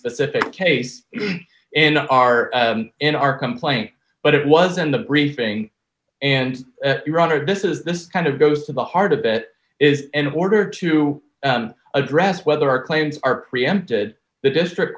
specific case in our in our complaint but it was in the briefing and your honor this is this kind of goes to the heart of it is in order to address whether our claims are preempted the district